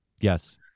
Yes